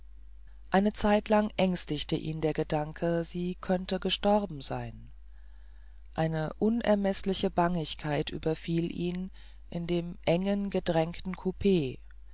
eine zeitlang ängstigte ihn der gedanke sie könnte gestorben sein eine unermeßliche bangigkeit überfiel ihn in dem engen gedrängten coup